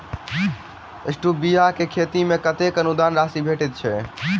Stevia केँ खेती मे कतेक अनुदान राशि भेटैत अछि?